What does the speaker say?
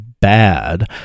bad